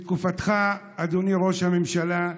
בתקופתך, אדוני ראש הממשלה,